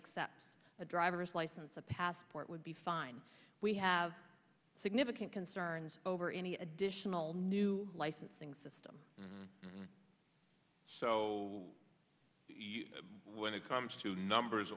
accept a driver's license a passport would be fine we have significant concerns over any additional new licensing system so when it comes to numbers